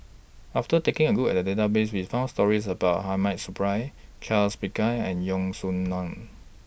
after taking A Look At The Database We found stories about Hamid Supaat Charles Paglar and Yeo Song Nian